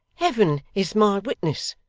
heaven is my witness,